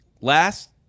Last